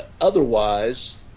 Otherwise